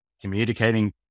communicating